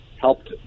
helped